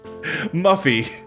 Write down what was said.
Muffy